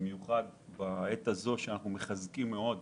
במיוחד בעת זו שבה אנו מחזקים את